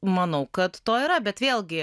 manau kad to yra bet vėlgi